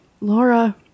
Laura